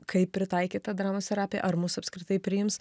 kaip pritaikyt tą dramos terapiją ar mus apskritai priims